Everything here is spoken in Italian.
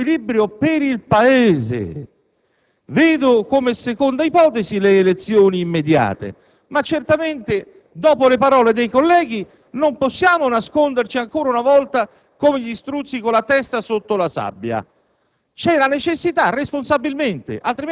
solo per trovare un equilibrio per il Paese vedo come seconda ipotesi le elezioni immediate. Certamente, dopo le parole dei colleghi, non possiamo nascondere ancora una volta, come gli struzzi, la testa sotto la sabbia.